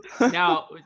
Now